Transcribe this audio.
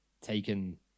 taken